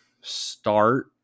start